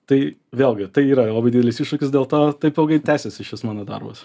tai vėlgi tai yra labai didelis iššūkis dėl to taip ilgai tęsiasi šis mano darbas